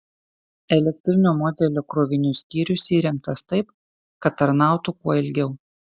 elektrinio modelio krovinių skyrius įrengtas taip kad tarnautų kuo ilgiau